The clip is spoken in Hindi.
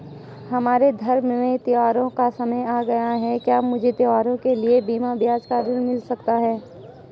हमारे धर्म में त्योंहारो का समय आ गया है क्या मुझे त्योहारों के लिए बिना ब्याज का ऋण मिल सकता है?